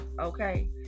okay